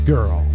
Girl